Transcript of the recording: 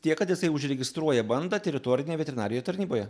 tiek kad jisai užregistruoja bandą teritorinėj veterinarijoj tarnyboje